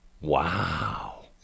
Wow